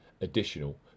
additional